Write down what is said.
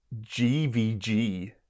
gvg